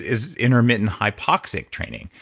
is intermittent hypoxic training.